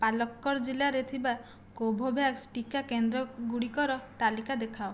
ପାଲକ୍କଡ଼୍ ଜିଲ୍ଲାରେ ଥିବା କୋଭୋଭ୍ୟାକ୍ସ ଟିକା କେନ୍ଦ୍ର ଗୁଡ଼ିକର ତାଲିକା ଦେଖାଅ